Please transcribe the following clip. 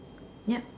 ya